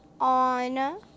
on